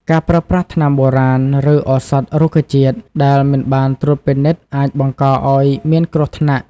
ការប្រើប្រាស់ថ្នាំបុរាណ ឬឱសថរុក្ខជាតិ ដែលមិនបានត្រួតពិនិត្យ អាចបង្កឱ្យមានគ្រោះថ្នាក់។